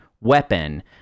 weapon